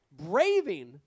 braving